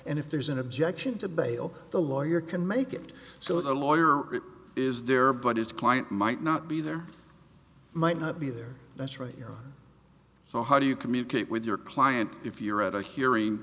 and if there's an objection to bail the lawyer can make it so the lawyer is there but his client might not be there might not be there that's right here so how do you communicate with your client if you're at a hearing